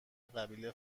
قبیله